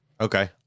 Okay